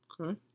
Okay